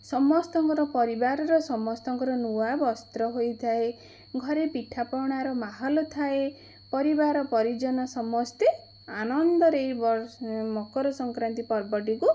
ସମସ୍ତଙ୍କର ପରିବାରର ସମସ୍ତଙ୍କର ନୂଆ ବସ୍ତ୍ର ହୋଇଥାଏ ଘରେ ପିଠାପଣାର ମାହଲ ଥାଏ ପରିବାର ପରିଜନ ସମସ୍ତେ ଆନନ୍ଦରେ ଏ ବ ମକର ସଂକ୍ରାନ୍ତି ପର୍ବଟିକୁ